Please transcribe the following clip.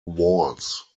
walls